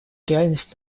реальность